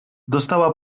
dostała